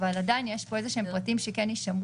אבל עדיין יש פה איזשהם פרטים שיישמרו.